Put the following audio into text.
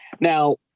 Now